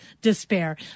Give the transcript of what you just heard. despair